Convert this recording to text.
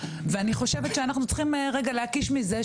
אני חושבת שאנחנו צריכים רגע להקיש מזה,